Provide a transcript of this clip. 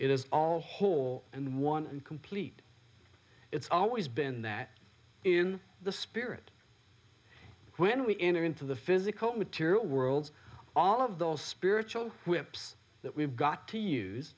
it is all hall and one and complete it's always been that in the spirit when we enter into the physical material world all of those spiritual whips that we've got to use